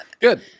Good